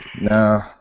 No